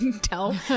tell